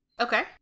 okay